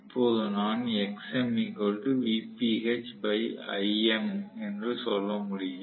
இப்போது நான் என்று சொல்ல முடியும்